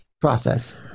process